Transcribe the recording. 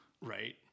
Right